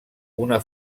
una